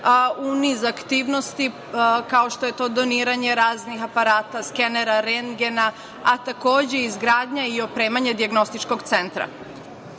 u nizu aktivnosti, kao što je doniranje raznih aparata, skenera, rendgena, a takođe, izgradnja i opremanje dijagnostičkog centra. Iako